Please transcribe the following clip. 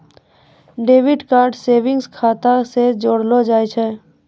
debit card savings खाता से जोड़लो जाय छै